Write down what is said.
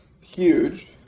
huge